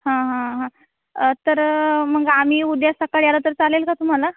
हां हां हां तर मग आम्ही उद्या सकाळी आलं तर चालेल का तुम्हाला